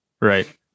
Right